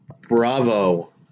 Bravo